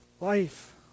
life